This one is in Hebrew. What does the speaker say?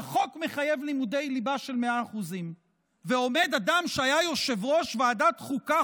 והחוק מחייב לימודי ליבה של 100%. ועומד אדם שהיה יושב-ראש ועדת החוקה,